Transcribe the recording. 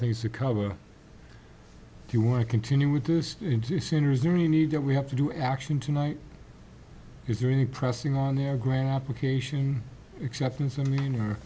things to cover if you want to continue with this resume you need that we have to do action tonight is there any pressing on their growing application acceptance i mean